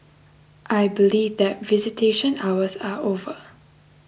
I believe that visitation hours are over